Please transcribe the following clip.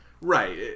Right